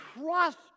Trust